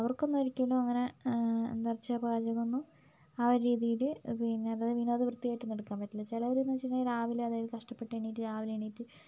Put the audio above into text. അവർക്കൊന്നും ഒരിക്കലും അങ്ങനെ എന്താണ് വെച്ചാൽ പാചകമൊന്നും ആ ഒരു രീതിയിൽ പിന്നെ അതായത് പിന്നെ വിനോദവൃത്തിയായിട്ടൊന്നും എടുക്കാൻ പറ്റില്ല ചിലർ എന്ന് വെച്ചിട്ടുണ്ടെങ്കിൽ രാവിലെ അതായത് കഷ്ടപ്പെട്ട് എണീറ്റ് രാവിലെ എണീറ്റ്